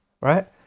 right